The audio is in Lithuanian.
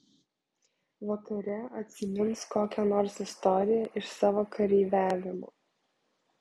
vakare atsimins kokią nors istoriją iš savo kareiviavimo